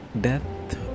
death